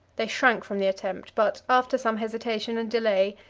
they shrank from the attempt but, after some hesitation and delay,